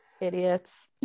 Idiots